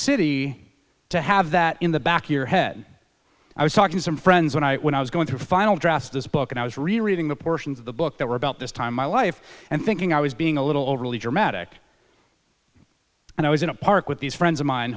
city to have that in the back your head i was talking to some friends when i when i was going through the final draft of this book and i was rereading the portions of the book that were about this time my life and thinking i was being a little overly dramatic and i was in a park with these friends of mine